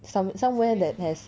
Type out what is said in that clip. some somewhere that has